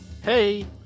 hey